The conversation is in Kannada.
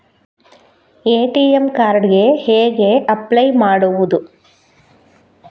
ಎ.ಟಿ.ಎಂ ಕಾರ್ಡ್ ಗೆ ಹೇಗೆ ಅಪ್ಲೈ ಮಾಡುವುದು?